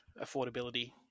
affordability